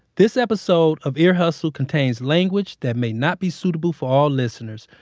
this episode of ear hustle contains language that may not be suitable for all listeners.